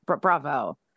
bravo